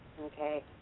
Okay